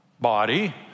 body